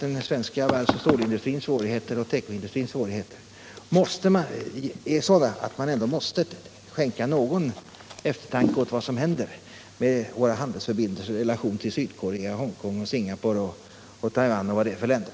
De svenska tekooch stålindustriernas svårigheter är sådana att man måste skänka någon eftertanke åt vad som händer med våra handelsförbindelser med exempelvis Sydkorea, Hongkong, Singapore, Taiwan m.fl. sådana länder.